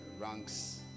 ranks